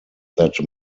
that